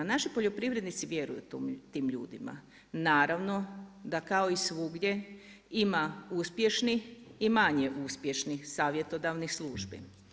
Naši poljoprivrednici vjeruju tim ljudima, naravno da kao i svugdje ima uspješnih i manje uspješnih savjetodavnih službi.